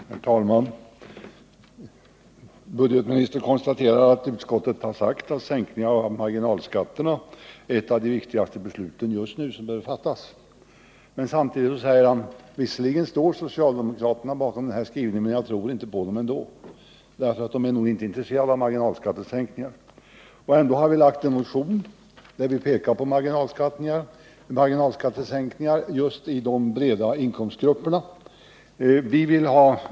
Herr talman! Budgetoch ekonomiministern konstaterar att utskottet har sagt att sänkning av marginalskatterna är ett av de viktigaste beslut som behöver fattas just nu. Men samtidigt säger han: Visserligen står socialdemokraterna bakom den skrivningen, men jag tror inte på dem ändå, för de är nog inte intresserade av marginalskattesänkningar. Ändå har vi väckt en motion där vi pekar på vikten av marginalskattesänkningar just för de breda grupperna av inkomsttagare.